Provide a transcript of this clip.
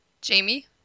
Jamie